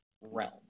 realm